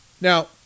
Now